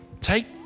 take